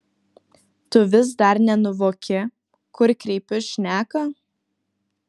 tu vis dar nenuvoki kur kreipiu šneką